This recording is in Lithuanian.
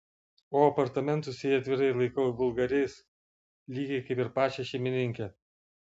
o apartamentus jei atvirai laikau vulgariais lygiai kaip ir pačią šeimininkę